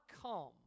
come